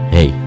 Hey